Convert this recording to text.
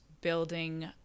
building